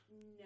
no